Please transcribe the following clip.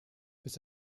bis